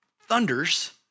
thunders